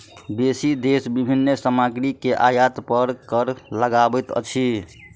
बेसी देश विभिन्न सामग्री के आयात पर कर लगबैत अछि